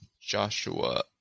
Joshua